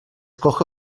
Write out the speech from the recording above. coge